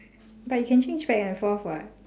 but you can change back and forth [what]